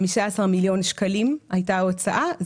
15 מיליון שקלים הייתה ההוצאה,